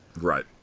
Right